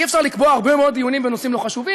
אי-אפשר לקבוע הרבה מאוד דיונים בנושאים לא חשובים.